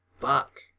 fuck